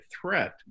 threat